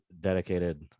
dedicated